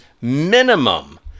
minimum